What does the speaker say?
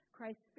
Christ